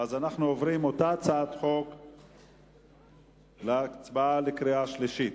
אנחנו מצביעים על אותה הצעת חוק בקריאה שלישית.